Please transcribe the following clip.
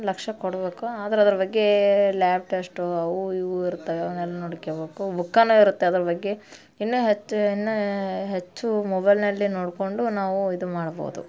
ಲಕ್ಷ್ಯ ಕೊಡಬೇಕು ಆದ್ರೆ ಅದ್ರ ಬಗ್ಗೆ ಲ್ಯಾಬ್ ಟೆಸ್ಟು ಅವು ಇವು ಇರ್ತವೆ ಅವ್ನೆಲ್ಲ ನೋಡ್ಕ್ಯಬೇಕು ಬುಕ್ಕಾನೆ ಇರುತ್ತೆ ಅದ್ರ ಬಗ್ಗೆ ಇನ್ನೂ ಹೆಚ್ಚು ಇನ್ನೂ ಹೆಚ್ಚು ಮೊಬೈಲ್ನಲ್ಲಿ ನೋಡಿಕೊಂಡು ನಾವು ಇದು ಮಾಡ್ಬೋದು